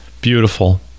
Beautiful